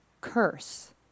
curse